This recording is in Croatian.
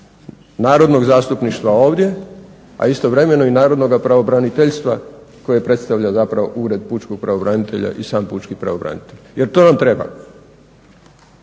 narodnog zastupništva ovdje, a istovremeno i narodnoga pravobraniteljstva koje predstavlja zapravo Ured pučkog pravobranitelja i sam pučki pravobranitelj. Jer to nam treba.